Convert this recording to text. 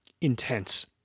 intense